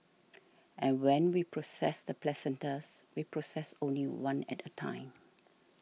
and when we process the placentas we process only one at a time